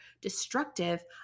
destructive